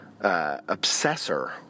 obsessor